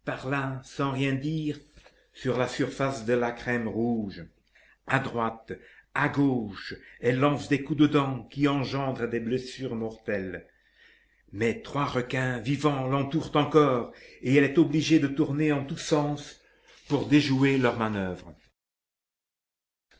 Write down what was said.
sans rien dire sur la surface de la crème rouge a droite à gauche elle lance des coups de dent qui engendrent des blessures mortelles mais trois requins vivants l'entourent encore et elle est obligée de tourner en tous sens pour déjouer leurs manoeuvres